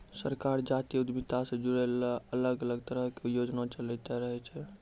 सरकार जातीय उद्यमिता से जुड़लो अलग अलग तरहो के योजना चलैंते रहै छै